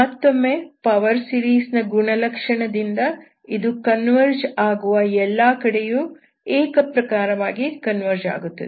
ಮತ್ತೊಮ್ಮೆ power series ನ ಗುಣಲಕ್ಷಣದಿಂದ ಇದು ಕನ್ವರ್ಜ್ ಆಗುವ ಎಲ್ಲಾ ಕಡೆಯೂ ಏಕಪ್ರಕಾರವಾಗಿ ಕನ್ವರ್ಜ್ ಆಗುತ್ತದೆ